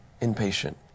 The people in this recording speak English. impatient